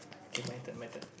okay my turn my turn